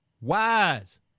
Wise